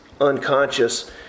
unconscious